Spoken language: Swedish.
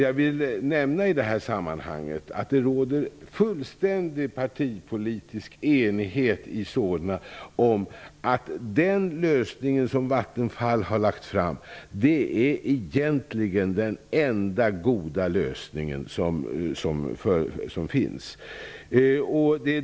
Jag vill i det här sammanhanget nämna att det råder fullständig partipolitisk enighet i Solna om att den lösning som Vattenfall har lagt fram är den enda egentliga goda lösningen.